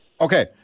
Okay